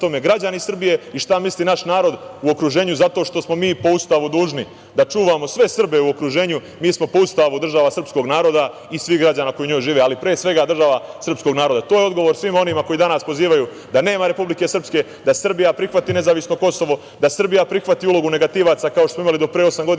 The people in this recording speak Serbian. građani Srbije i šta misli naš narod u okruženju zato što smo mi po Ustavu dužni da čuvamo sve Srbe u okruženju. Mi smo po Ustavu država srpskog naroda i svih građana koji u njoj žive, ali pre svega država srpskog naroda. To je odgovor svima onima koji danas pozivaju da nema Republike Srpske, da Srbija prihvati nezavisno Kosovo, da Srbija prihvati ulogu negativca, kao što smo imali do pre osam godina.